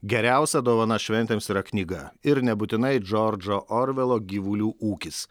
geriausia dovana šventėms yra knyga ir nebūtinai džordžo orvelo gyvulių ūkis